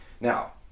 Now